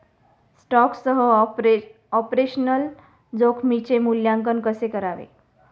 स्टॉकसह ऑपरेशनल जोखमीचे मूल्यांकन कसे करावे?